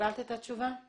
אז